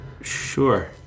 Sure